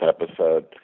episode